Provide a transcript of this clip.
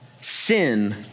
sin